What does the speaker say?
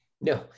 No